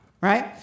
right